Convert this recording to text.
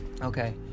Okay